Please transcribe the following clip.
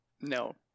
No